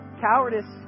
cowardice